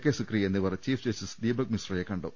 K Sikri എന്നിവർ chief justice Deepak മിശ്രയെ കണ്ടു